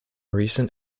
recent